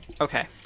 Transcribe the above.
Okay